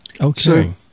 Okay